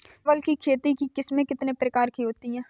चावल की खेती की किस्में कितने प्रकार की होती हैं?